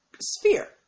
sphere